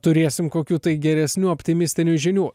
turėsim kokių tai geresnių optimistinių žinių